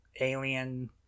alien